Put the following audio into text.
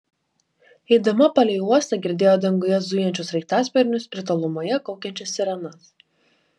eidama palei uostą girdėjo danguje zujančius sraigtasparnius ir tolumoje kaukiančias sirenas